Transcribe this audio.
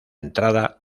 entrada